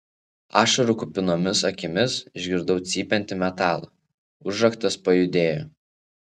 ašarų kupinomis akimis išgirdau cypiantį metalą užraktas pajudėjo